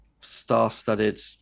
star-studded